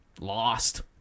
lost